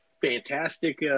Fantastic